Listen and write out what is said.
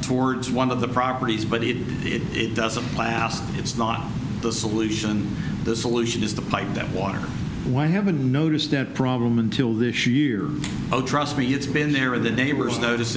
towards one of the properties but if it doesn't last it's not the solution the solution is the pipe that water why haven't noticed that problem until this year oh trust me it's been there the neighbors notice